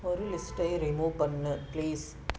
ஒரு லிஸ்ட்டை ரிமூவ் பண்ணு ப்ளீஸ்